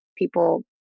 people